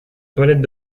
toilette